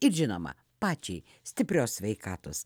ir žinoma pačiai stiprios sveikatos